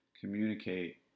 communicate